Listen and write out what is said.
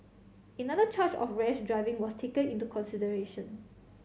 another charge of rash driving was taken into consideration